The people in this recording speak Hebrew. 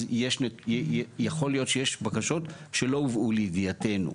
אז יכול להיות שיש בקשות שלא הובאו לידיעתנו.